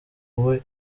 wowe